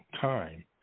time